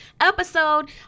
episode